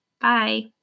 Bye